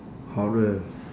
horror